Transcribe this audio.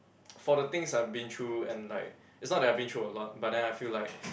for the things I've been through and like it's not that I've been through a lot but then I feel like